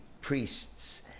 priests